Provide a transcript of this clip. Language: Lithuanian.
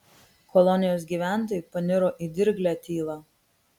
kolonijos gyventojai paniro į dirglią tylą